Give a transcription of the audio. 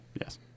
Yes